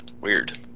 Weird